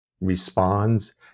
responds